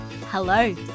Hello